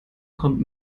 kommt